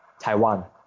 Taiwan